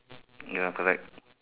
ya correct